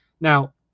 Now